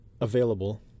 available